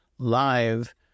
live